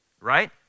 right